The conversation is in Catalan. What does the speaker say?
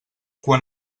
quan